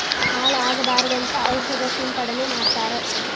ಹಾಳ ಆಗಬಾರದಂತ ಔಷದ ಸಿಂಪಡಣೆ ಮಾಡ್ತಾರ